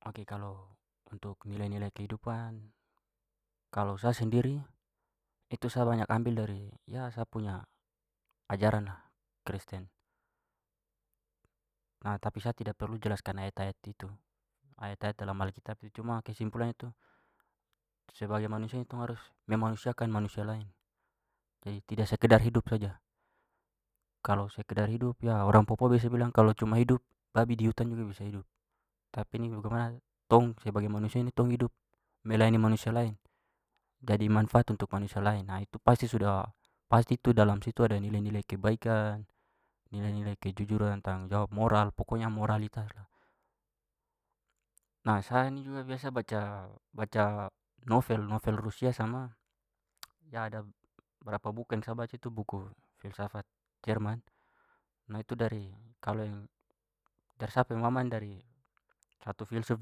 Ok, kalau untuk nilai-nilai kehidupan kalau sa sendiri itu sa banyak ambil dari sa punya ajaran lah kristen. Nah, tapi saya tidak perlu jelaskan ayat-ayat itu ayat-ayat dalam alkitab itu cuma kesimpulan itu sebagai manusia ni tong harus memanusiakan manusia lain jadi tidak sekedar hidup saja. Kalau sekedar hidup ya orang papua biasa bilang kalau cuma hidup babi di hutan juga bisa hidup tapi ini bagaimana tong sebagai manusia ini tong hidup melayani manusia lain jadi manfaat untuk manusia lain. Nah, itu pasti sudah- pasti itu dalam situ ada nilai-nilai kebaikan, nilai-nilai kejujuran, tanggung jawab, moral, pokoknya moralitas lah. Nah, saya ini juga biasa baca-baca novel, novel rusia sama ya ada berapa buku yang sa baca tu buku filsafat jerman, nah itu dari kalau yang dari sa pemahaman dari satu filsuf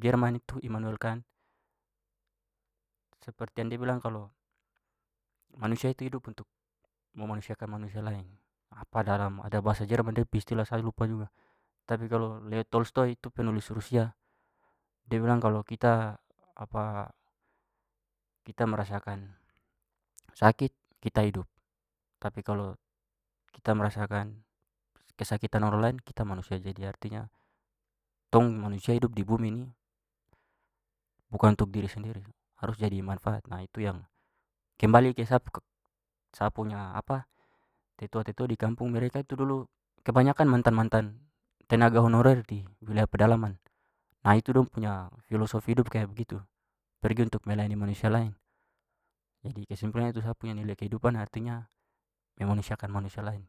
jerman itu, emanuel kant, seperti yang da bilang kalau manusia itu hidup untuk memanusiakan manusia lain, apa dalam ada bahasa jerman dia pu istilah sa lupa juga. Tapi kalau leo tolstoy, tu penulis rusia, dia bilang kalau kita kita merasakan sakit kita hidup tapi kalau kita merasakan kesakitan orang lain kita manusia. Jadi artinya tong manusia hidup di bumi ini bukan untuk diri sendiri harus jadi manfaat. Nah, itu yang kembali ke sa sa punya tetua-tetua di kampung, mereka itu dulu kebanyakan mantan-mantan tenaga honorer di wilayah pedalaman, nah itu dong punya filosofi hidup kayak begitu pergi untuk melayani manusia lain. Jadi kesimpulannya itu sa punya nilai kehidupan artinya memanusiakan manusia lain.